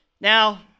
Now